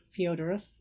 Fyodorov